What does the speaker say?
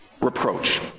reproach